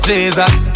Jesus